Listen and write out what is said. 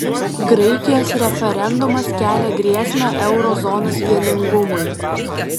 graikijos referendumas kelia grėsmę euro zonos vieningumui